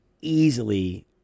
easily